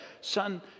son